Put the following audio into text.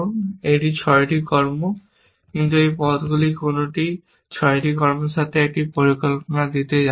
এটি ছয়টি কর্ম কিন্তু এই পথগুলির কোনটিই ছয়টি কর্মের সাথে একটি পরিকল্পনা দিতে যাচ্ছে না